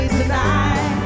tonight